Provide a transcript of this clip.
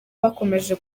bakomeje